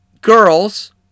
girls